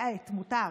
תודה.